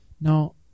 Now